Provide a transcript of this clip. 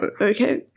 Okay